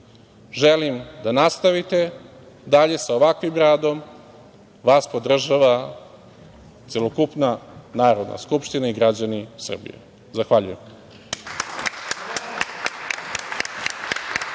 želim da nastavite dalje sa ovakvim radom, vas podržava celokupna Narodna skupština i građani Srbije. Zahvaljujem.